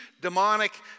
demonic